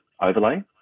overlay